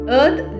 Earth